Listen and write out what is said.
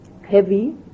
heavy